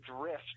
drift